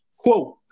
Quote